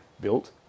built